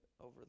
over